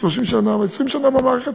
30 שנה או 20 שנה במערכת,